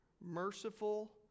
merciful